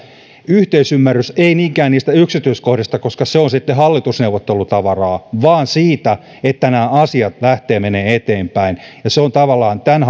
yhteisymmärrys ei niinkään niistä yksityiskohdista koska se on sitten hallitusneuvottelutavaraa vaan siitä että nämä asiat lähtevät menemään eteenpäin ja se on tavallaan tämän